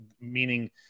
meaning